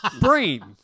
Brain